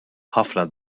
ħafna